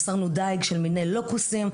אסרנו דיג של מיני לוקוסים.